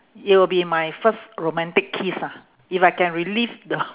it will be my first romantic kiss ah if I can relive the